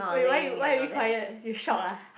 wait why you why are you quiet you shocked ah